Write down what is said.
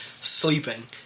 sleeping